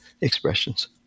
expressions